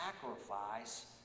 sacrifice